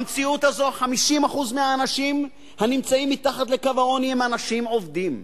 במציאות הזו 50% מהאנשים הנמצאים מתחת לקו העוני הם אנשים עובדים.